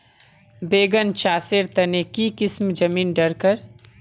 बैगन चासेर तने की किसम जमीन डरकर?